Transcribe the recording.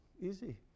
Easy